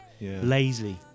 Lazy